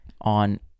on